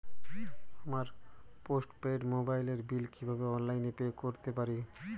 আমার postpaid মোবাইলের বিল কীভাবে অনলাইনে পে করতে পারি?